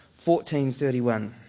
14.31